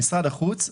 עם משרד החוץ,